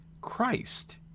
Christ